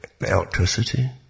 electricity